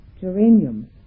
geraniums